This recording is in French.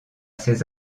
ses